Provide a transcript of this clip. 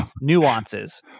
nuances